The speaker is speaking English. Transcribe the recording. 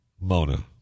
Mona